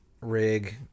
rig